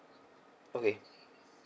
okay